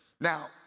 Now